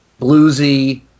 Bluesy